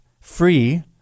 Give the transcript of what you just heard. free